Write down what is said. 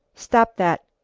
stop that.